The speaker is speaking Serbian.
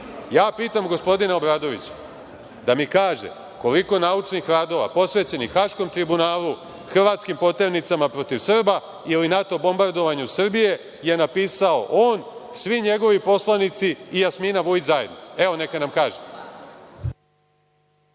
Pitam gospodina Obradovića, da mi kaže koliko naučnih radova posvećeno Haškom tribunalu, hrvatskim poternicama protiv Srba ili NATO bombardovanju Srbije, je napisao on, svi njegovi poslanici i Jasmina Vujić zajedno? Evo neka nam kaže.